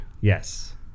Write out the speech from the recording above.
Yes